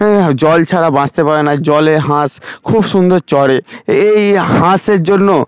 হ্যাঁ জল ছাড়া বাঁচতে পারে না জলে হাঁস খুব সুন্দর চরে এই হাঁসের জন্য